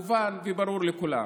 מובן וברור לכולם.